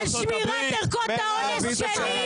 על שמירת ערכות האונס,